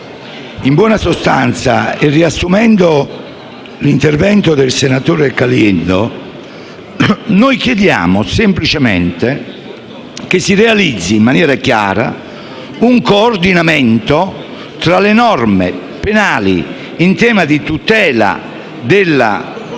in buona sostanza, riassumendo l'intervento del senatore Caliendo, noi chiediamo semplicemente che si realizzi in maniera chiara un coordinamento tra le norme penali in tema di tutela della onorabilità